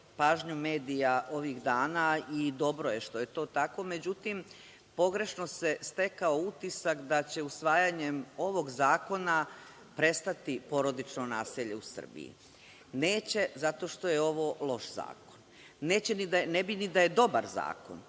pažnju medija ovih dana i dobro je što je to tako međutim, pogrešno se stekao utisak da će usvajanjem ovog Zakona prestati porodično nasilje u Srbiji. Neće, zato što je ovo loš zakon. Ne bi ni da je dobar zakon.